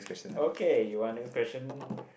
okay you want this question